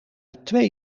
twee